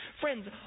Friends